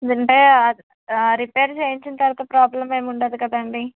ఏంది అంటే రిపేర్ చేయించిన తరువాత ప్రాబ్లెమ్ ఏమి ఉండదు కదండి